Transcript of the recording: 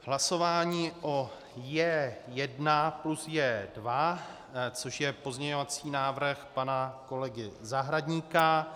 Hlasování o J1 plus J2, což je pozměňovací návrh pana kolegy Zahradníka.